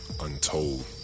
untold